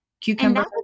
cucumber